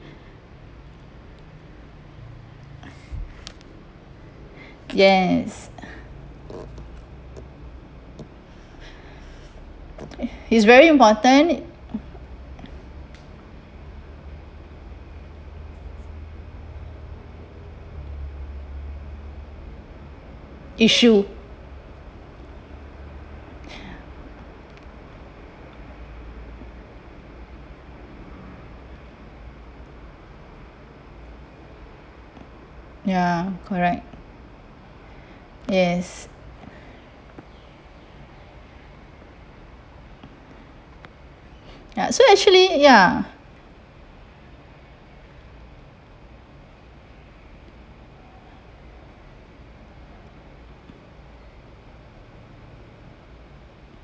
yes it's very important issue ya correct yes ya so actually ya